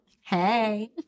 Hey